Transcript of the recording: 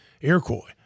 Iroquois